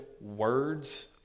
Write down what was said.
words